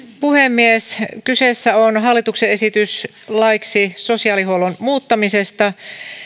puhemies kyseessä on hallituksen esitys laiksi sosiaalihuoltolain muuttamisesta